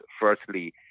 Firstly